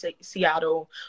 Seattle